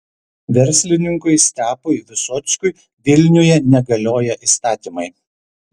verslininkui stepui visockiui vilniuje negalioja įstatymai